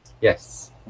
Yes